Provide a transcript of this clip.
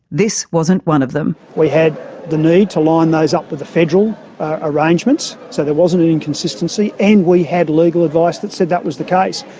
this wasn't one of them. we had the need to line those up with the federal arrangements so there wasn't an inconsistency, and we had legal advice that said that was the case.